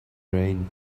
rain